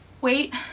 Wait